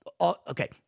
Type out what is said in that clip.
Okay